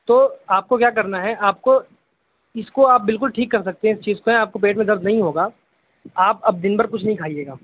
تو آپ کو کیا کرنا ہے آپ کو اس کو آپ بالکل ٹھیک کر سکتے ہیں اس چیز کو آپ کو پیٹ میں درد نہیں ہوگا آپ اب دن بھر کچھ نہیں کھائیے گا